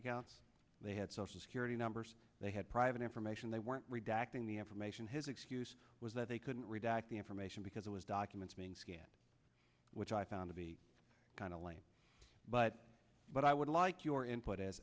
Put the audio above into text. accounts they had social security numbers they had private information they weren't redacting the information his excuse was that they couldn't redact the information because it was documents being scanned which i found to be kind of lame but but i would like your input as